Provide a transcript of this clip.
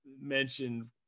mentioned